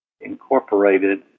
Incorporated